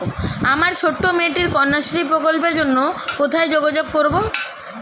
আমার ছোট্ট মেয়েটির কন্যাশ্রী প্রকল্পের জন্য কোথায় যোগাযোগ করব?